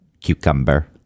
cucumber